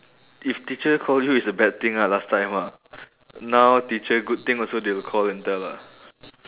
if teacher call you is a bad thing ah last time ah now teacher good thing also they will call and tell lah